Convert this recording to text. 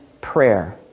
prayer